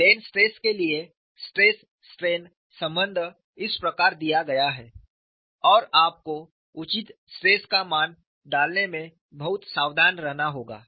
plane stress के लिए stress strain संबंध इस प्रकार दिया गया है और आपको उचित स्ट्रेस का मान डालने में बहुत सावधान रहना होगा